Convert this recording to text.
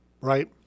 Right